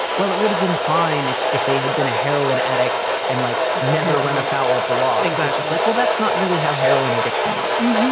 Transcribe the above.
well, it would have been fine if if they had been a heroin addict and like never run afoul of the law. exactly. it's like, well, that's not really how heroin addiction works